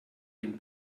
den